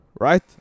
Right